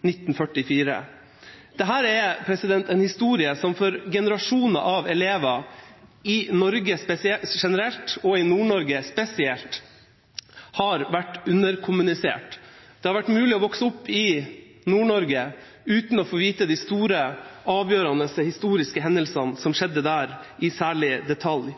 1944. Dette er en historie som for generasjoner av elever i Norge generelt og i Nord-Norge spesielt har vært underkommunisert. Det har vært mulig å vokse opp i Nord-Norge uten å få vite om de store, avgjørende historiske hendelsene som skjedde der, i særlig detalj.